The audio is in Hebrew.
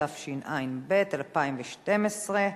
התשע"ב 2012,